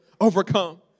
overcome